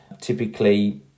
typically